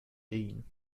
dean